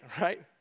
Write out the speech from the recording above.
right